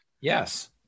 yes